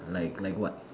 like like what